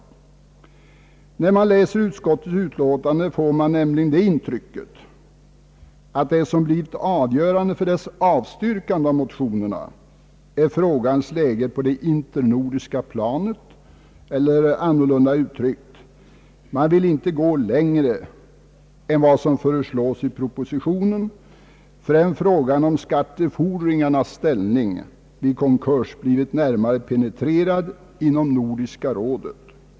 När man läser utskottets utlåtande får man nämligen det intrycket att det som blivit avgörande för utskottets avstyrkande av motionerna är frågans läge på det internordiska planet, eller annorlunda uttryckt: man vill inte gå längre än vad som föreslås i propositionen förrän frågan om skattefordringarnas ställning vid konkurs blivit närmare penetrerad inom Nordiska rådet.